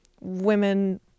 women